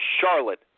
Charlotte